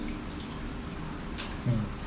mm